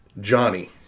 Johnny